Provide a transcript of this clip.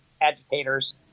agitators